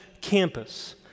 campus